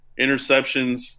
interceptions